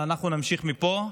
אבל אנחנו נמשיך מפה.